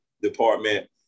department